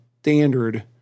standard